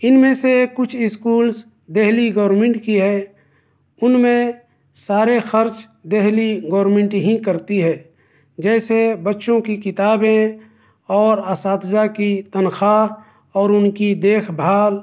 ان میں سے کچھ اسکولس دہلی گورمنٹ کی ہے ان میں سارے خرچ دہلی گورمنٹ ہی کرتی ہے جیسے بچوں کی کتابیں اور اساتذہ کی تنخواہ اور ان کی دیکھ بھال